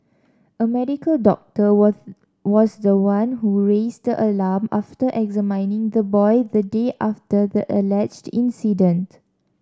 a medical doctor was was the one who raised an alarm after examining the boy the day after the alleged incident